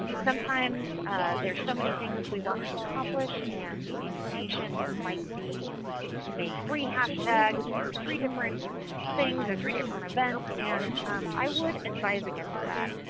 sometimes there are so many things we want to accomplish and the inclination might be to make three hashtags for three different things or three different events. and i would advise against that.